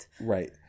Right